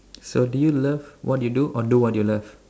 so do you love what you do or do what you love